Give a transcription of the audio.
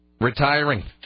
retiring